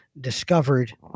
discovered